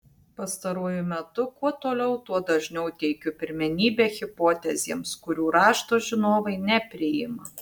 pastaruoju metu kuo toliau tuo dažniau teikiu pirmenybę hipotezėms kurių rašto žinovai nepriima